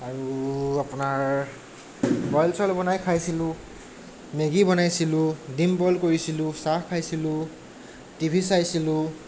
আৰু আপোনাৰ বইল চইল বনাই খাইছিলো মেগী বনাইছিলো ডিম বইল কৰিছিলো চাহ খাইছিলো টিভি চাইছিলো